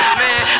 man